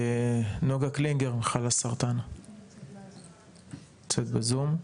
נגה קלינגר, חאלסרטן, נמצאת בזום.